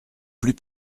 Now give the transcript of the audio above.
plus